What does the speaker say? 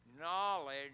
knowledge